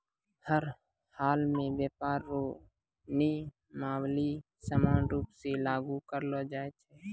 हर हालमे व्यापार रो नियमावली समान रूप से लागू करलो जाय छै